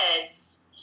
kids